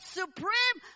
supreme